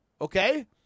Okay